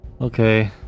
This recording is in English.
okay